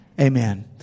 Amen